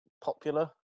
popular